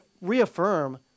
reaffirm